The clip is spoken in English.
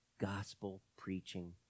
gospel-preaching